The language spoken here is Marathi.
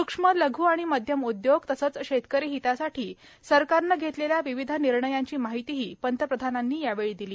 सुक्ष्म लघ् आणि मध्यम उद्योग तसंच शेतकरी हितासाठी सरकारने घेतलेल्या विविध निर्णयांची माहिती पंतप्रधानांनी यावेळी दिली